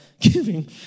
giving